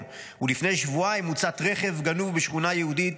ולפני שבועיים הוצת רכב גנוב בשכונה יהודית,